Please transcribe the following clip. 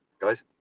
guys